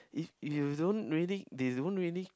if if you don't really they don't really